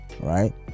right